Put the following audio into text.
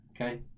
Okay